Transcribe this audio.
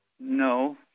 No